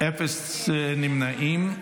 אין נמנעים.